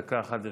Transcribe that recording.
דקה אחת לרשותך.